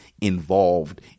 involved